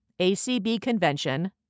acbconvention